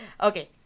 Okay